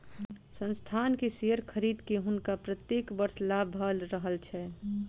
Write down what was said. संस्थान के शेयर खरीद के हुनका प्रत्येक वर्ष लाभ भ रहल छैन